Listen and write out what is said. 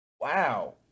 Wow